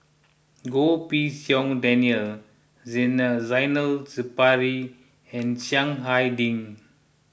Goh Pei Siong Daniel Zainal Sapari and Chiang Hai Ding